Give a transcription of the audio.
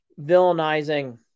villainizing